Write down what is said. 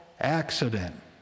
accident